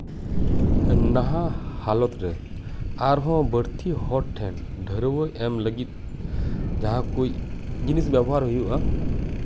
ᱱᱟᱦᱟᱜ ᱦᱟᱞᱚᱛᱨᱮ ᱟᱨᱦᱚᱸ ᱵᱟᱹᱲᱛᱤ ᱦᱚᱲ ᱴᱷᱮᱱ ᱰᱷᱟᱹᱨᱣᱟᱹᱜ ᱮᱢ ᱞᱟᱹᱜᱤᱫ ᱡᱟᱦᱟᱸ ᱠᱚ ᱡᱤᱱᱤᱥ ᱵᱮᱵᱚᱦᱟᱨ ᱦᱩᱭᱩᱜᱼᱟ